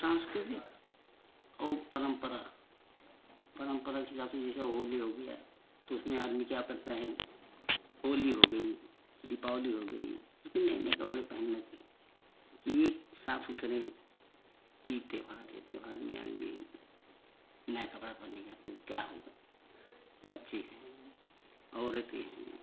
सांस्कृतिक और परम्परा परम्परा के हिसाब से जैसे होली हो गई है तो उसमें आदमी क्या करता है होली हो गई दीपावली हो गई उसमें नए नए कपड़े पहनने की की साफ़ करे की त्यौहार है त्यौहार में आदमी नया कपड़ा पहनेगा तो क्या होगा बच्चे हैं औरते हैं